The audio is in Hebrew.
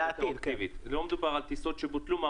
לא מדובר על טיסות שבוטלו.